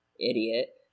Idiot